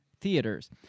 theaters